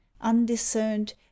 undiscerned